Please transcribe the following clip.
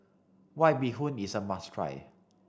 white bee hoon is a must try